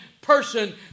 person